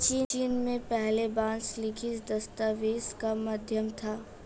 चीन में पहले बांस लिखित दस्तावेज का माध्यम था